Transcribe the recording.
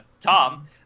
tom